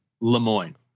Lemoyne